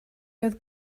oedd